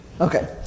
okay